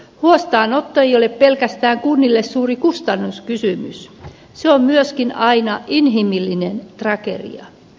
huostaanotto ei ole pelkästään kunnille suuri kustannuskysymys se on myöskin aina inhimillinen tragedia